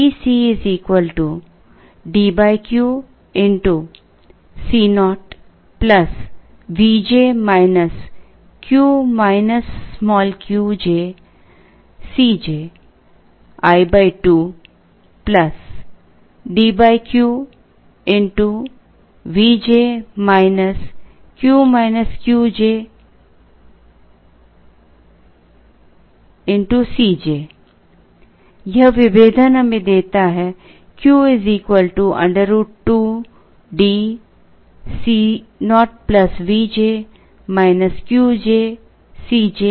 TC D Q Co Vj Cj i 2 D Q Vj Cj यह विभेदन हमें देता हैQ √2 D Co Vj qj Cj i Cj